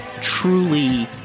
truly